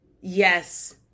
Yes